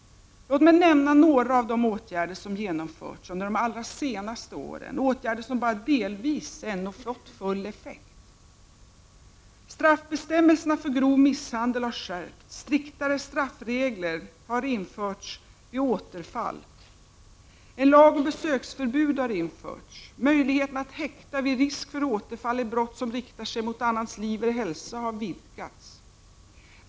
Låt mig nämna några av de åtgärder som har genomförts under de allra senaste åren — åtgärder som ännu bara delvis fått full effekt. — Straffbestämmelserna för grov misshandel har skärpts. — Striktare straffreglering vid återfall har införts. — En lag om besöksförbud har införts. — Möjligheterna att häkta vid risk för återfall i brott som riktar sig mot annans liv eller hälsa har vidgats.